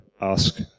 ask